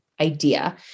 idea